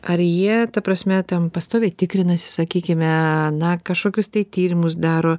ar jie ta prasme ten pastoviai tikrinasi sakykime na kažkokius tai tyrimus daro